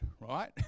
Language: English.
right